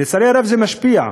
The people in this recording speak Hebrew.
לצערי הרב, זה משפיע,